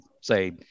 say